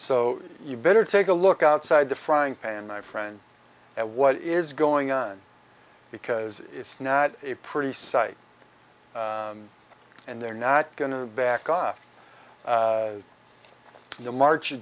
so you better take a look outside the frying pan my friend at what is going on because it's not a pretty sight and they're not going to back off the march